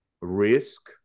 risk